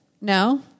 No